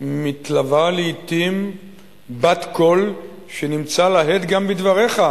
מתלווה לעתים בת-קול שנמצא לה הד גם בדבריך,